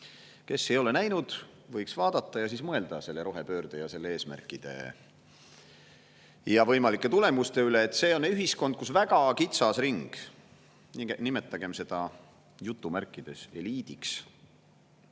Kes ei ole näinud, võiks vaadata ja siis mõelda selle rohepöörde, selle eesmärkide ja võimalike tulemuste üle. See on ühiskond, kus väga kitsas ring, nimetagem seda "eliidiks",